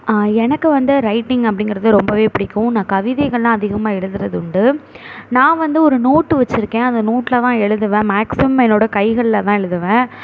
ஆ எனக்கு வந்து ரைட்டிங் அப்படிங்கிறது ரொம்பவே பிடிக்கும் நான் கவிதைகளெலாம் அதிகமாக எழுதுவது உண்டு நான் வந்து ஒரு நோட்டு வச்சுருக்கேன் அதை நோட்டில் தான் எழுதுவேன் மேக்சிமம் என்னோட கைகளில் தான் எழுதுவேன்